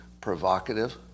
provocative